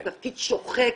זה תפקיד שוחק,